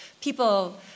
people